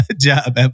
job